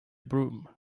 broom